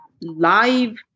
live